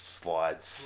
slides